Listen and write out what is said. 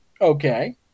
okay